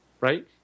right